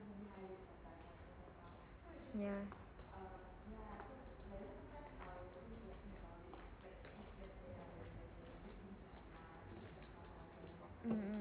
yeah mm mm